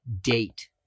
date